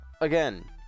again